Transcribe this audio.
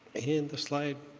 and the slide